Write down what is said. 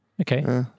Okay